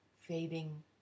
fading